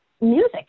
music